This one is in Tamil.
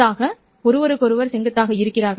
அவர்கள் ஒருவருக்கொருவர் தலையிட மாட்டார்கள்